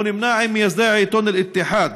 הוא נמנה עם מייסדי העיתון אל-איתיחאד,